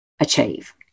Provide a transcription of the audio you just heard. achieve